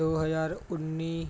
ਦੋ ਹਜ਼ਾਰ ਉੱਨੀ